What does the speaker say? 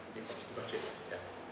I think some ya